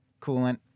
coolant